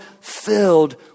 filled